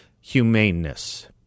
humaneness